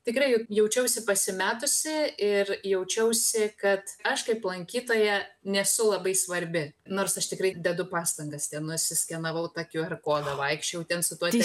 tikrai jaučiausi pasimetusi ir jaučiausi kad aš kaip lankytoja nesu labai svarbi nors aš tikrai dedu pastangas ten nusiskenavau tą kiuerkodą vaikščiojau ten su tuo